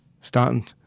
starting